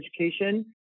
education